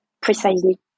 precisely